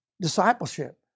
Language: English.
discipleship